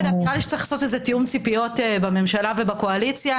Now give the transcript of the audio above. נראה לי שצריך לעשות תיאום ציפיות בממשלה ובקואליציה,